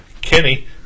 Kenny